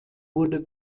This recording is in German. wurde